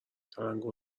تلنگور